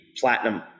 platinum